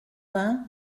vingt